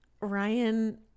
Ryan